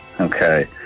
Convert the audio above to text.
Okay